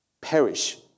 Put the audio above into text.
perish